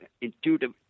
intuitive